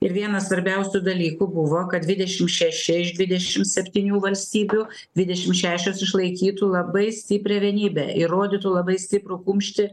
vienas svarbiausių dalykų buvo kad dvidešim šeši iš dvidešim septynių valstybių dvidešim šešios išlaikytų labai stiprią vienybę ir rodytų labai stiprų kumštį